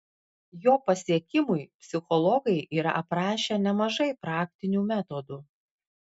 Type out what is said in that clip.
jo pasiekimui psichologai yra aprašę nemažai praktinių metodų